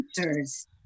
answers